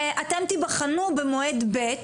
אתם תיבחנו במועד ב',